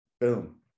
boom